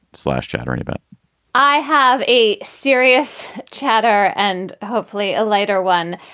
slash chattering about i have a serious chatter and hopefully a lighter one.